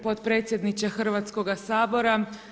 potpredsjedniče Hrvatskoga sabora.